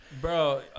Bro